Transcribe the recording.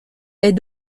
est